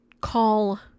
call